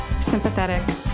Sympathetic